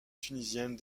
tunisienne